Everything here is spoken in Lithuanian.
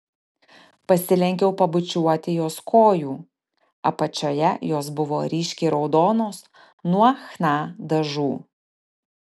pasilenkiau pabučiuoti jos kojų apačioje jos buvo ryškiai raudonos nuo chna dažų